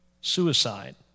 suicide